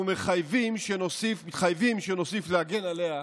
ואנחנו מתחייבים שנוסיף להגן עליה,